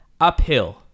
uphill